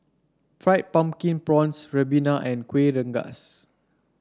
Fried Pumpkin Prawns Ribena and Kueh Rengas